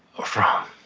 ah from,